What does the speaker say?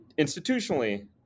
Institutionally